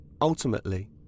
Ultimately